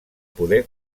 poder